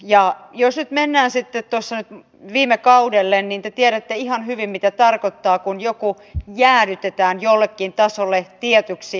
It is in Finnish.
ja jos nyt mennään sitten tuolle viime kaudelle niin te tiedätte ihan hyvin mitä tarkoittaa kun joku jäädytetään jollekin tasolle tietyksi ajanjaksoksi